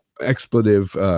expletive